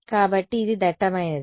కాబట్టి ఇది దట్టమైనది